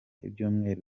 ibyumweru